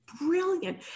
brilliant